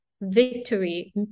victory